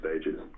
stages